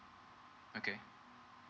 okay